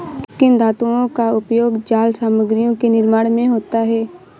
किन धातुओं का उपयोग जाल सामग्रियों के निर्माण में होता है?